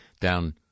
down